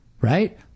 right